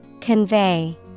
Convey